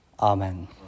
Amen